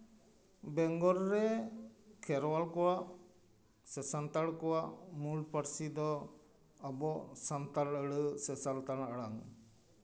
ᱵᱮᱝᱜᱚᱞ ᱨᱮ ᱠᱷᱮᱨᱣᱟᱞ ᱠᱚᱣᱟᱜ ᱥᱮ ᱥᱟᱱᱛᱟᱲ ᱠᱚᱣᱟᱜ ᱢᱩᱞ ᱯᱟᱹᱨᱥᱤ ᱫᱚ ᱟᱵᱚ ᱥᱟᱱᱛᱟᱲ ᱟᱹᱲᱟᱹ ᱥᱮ ᱥᱟᱱᱛᱟᱲ ᱟᱲᱟᱝ